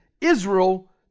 Israel